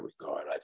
regard